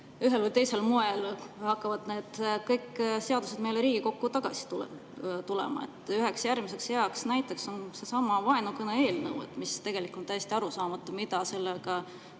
ühel või teisel moel hakkavad kõik need seadused meile Riigikokku tagasi tulema. Üheks järgmiseks heaks näiteks on seesama vaenukõne eelnõu. Tegelikult on täiesti arusaamatu, mida sellega